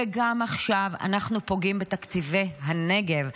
וגם עכשיו אנחנו פוגעים בתקציבי הנגב.